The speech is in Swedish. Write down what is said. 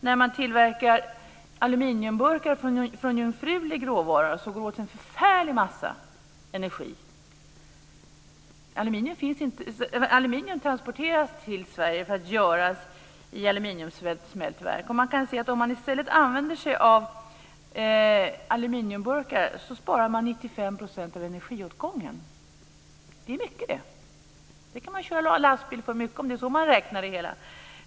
När man tillverkar aluminiumburkar från jungfrulig råvara går det nämligen åt en förfärlig massa energi. Aluminium transporteras till Sverige för att bearbetas i aluminiumsmältverk. Om man i stället använder sig av aluminiumburkar sparar man 95 % av energiåtgången. Det är mycket det! Det kan man köra mycket lastbil för, om det är så man räknar det hela.